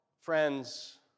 friends